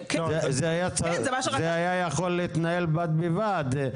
זה היה יכול להתנהל בד בבד.